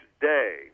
day